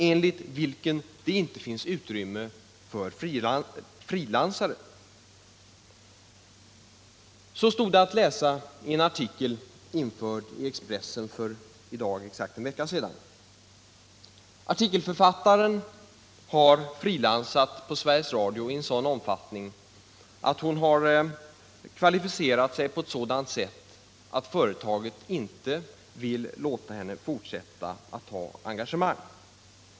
Enligt vilken det inte jetset oNN finns utrymme för frilansare.” Anställningsskydd, Så stod det att läsa i en artikel, införd i Expressen för i dag exakt = m.m. en vecka sedan. Artikelförfattaren har frilansat på Sveriges Radio i en omfattning som gjort att hon har kvalificerat sig på sådant sätt att företaget inte vill låta henne fortsätta att ta engagemang.